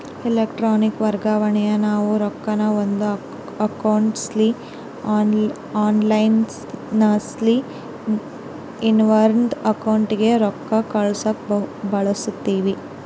electronic ವರ್ಗಾವಣೇನಾ ನಾವು ರೊಕ್ಕಾನ ಒಂದು ಅಕೌಂಟ್ಲಾಸಿ ಆನ್ಲೈನ್ಲಾಸಿ ಇನವಂದ್ ಅಕೌಂಟಿಗೆ ರೊಕ್ಕ ಕಳ್ಸಾಕ ಬಳುಸ್ತೀವಿ